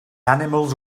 animals